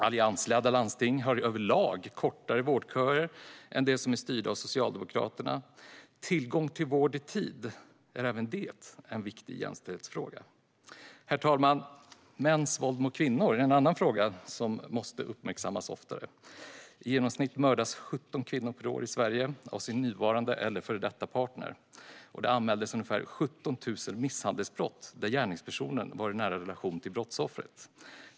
Alliansledda landsting har överlag kortare vårdköer än de som är styrda av Socialdemokraterna. Tillgång till vård i tid är även det en viktig jämställdhetsfråga. Herr talman! Mäns våld mot kvinnor är en annan viktig fråga som måste uppmärksammas oftare. I genomsnitt mördas 17 kvinnor per år i Sverige av sin nuvarande eller före detta partner. Det anmäls ungefär 17 000 misshandelsbrott där gärningspersonen är i nära relation till brottsoffret.